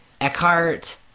Eckhart